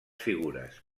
figures